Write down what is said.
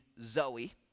Zoe